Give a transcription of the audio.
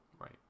Right